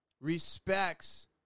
respects